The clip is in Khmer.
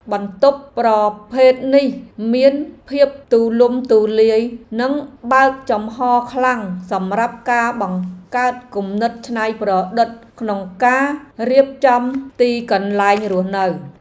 បន្ទប់ប្រភេទនេះមានភាពទូលំទូលាយនិងបើកចំហខ្លាំងសម្រាប់ការបង្កើតគំនិតច្នៃប្រឌិតក្នុងការរៀបចំទីកន្លែងរស់នៅ។